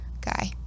guy